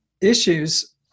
issues